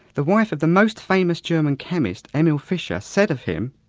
the wife of the most famous german chemist, emil fischer, said of him,